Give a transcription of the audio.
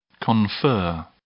Confer